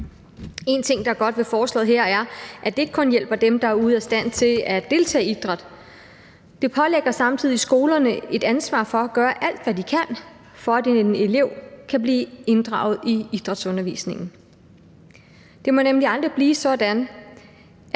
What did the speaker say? En ting, der er godt ved forslaget her, er, at det ikke kun hjælper dem, der er ude af stand til at deltage i idræt. Det pålægger samtidig skolerne et ansvar for at gøre alt, hvad de kan, for at en elev kan blive inddraget i idrætsundervisningen. Det må nemlig aldrig blive sådan,